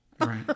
Right